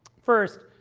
first,